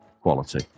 quality